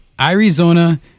Arizona